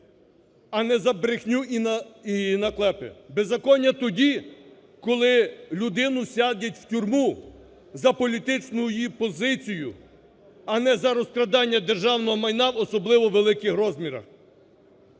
а не за брехню і наклепи. Беззаконня тоді, коли людину садять в тюрму за політичну її позицію, а не за розкрадання державного майна в особливо великих розмірах.